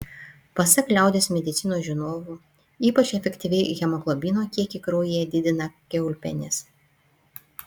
pasak liaudies medicinos žinovų ypač efektyviai hemoglobino kiekį kraujyje didina kiaulpienės